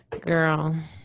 Girl